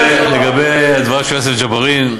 לגבי הדברים של יוסף ג'בארין,